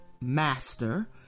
master